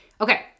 okay